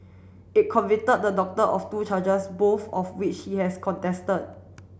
it convicted the doctor of two charges both of which he has contested